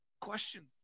question